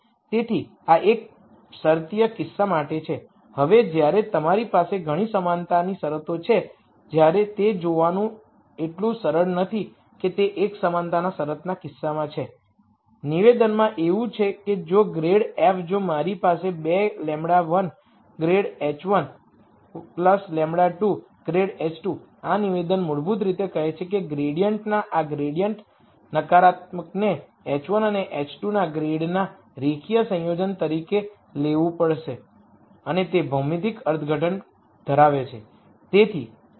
તેથી આ એક શરતીય કિસ્સા માટે છે હવે જ્યારે તમારી પાસે ઘણી સમાનતાની શરતો છે જ્યારે તે જોવાનું એટલું સરળ નથી કે તે એક સમાનતાના શરતના કિસ્સામાં છે નિવેદનમાં એવું છે કે જો ગ્રેડ f જો મારી પાસે 2 λ1 ગ્રેડ h1 λ2 ગ્રેડ h2 આ નિવેદન મૂળભૂત રીતે કહે છે કે ગ્રેડિઅન્ટના આ ગ્રેડિઅન્ટ નકારાત્મકને h1 અને h2 ના ગ્રેડના રેખીય સંયોજન તરીકે લખવું પડશે અને તે ભૌમિતિક અર્થઘટન ધરાવે છે